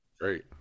Great